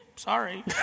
sorry